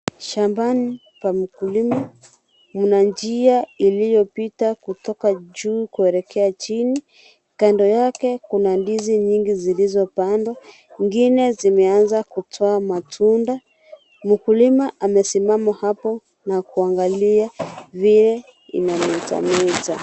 Shambani pa mkulima. Kuna njia iliyopita kutoka juu kuelekea chini. Kando yake kuna ndizi nyingi zilizopandwa, nyingine zimeanza kutoa matunda. Mkulima amesimama hapa na kuangalia vile inametameta.